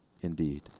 indeed